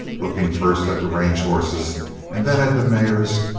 looking first at the range hosses and then at the mares,